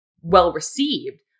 well-received